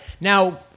Now